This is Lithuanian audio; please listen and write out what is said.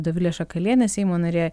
dovilė šakalienė seimo narė